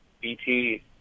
BT